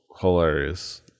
hilarious